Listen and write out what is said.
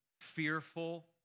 fearful